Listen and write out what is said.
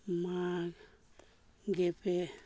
ᱢᱟᱜᱷ ᱜᱮᱯᱮ